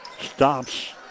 Stops